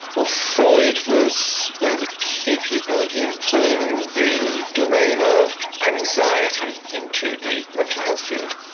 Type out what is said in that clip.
ah freud was one of the key people in pulling the domain of anxiety into the mental health field.